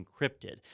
encrypted